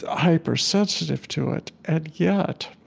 ah hypersensitive to it. and yet,